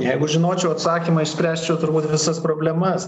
jeigu žinočiau atsakymą išspręsčiau turbūt visas problemas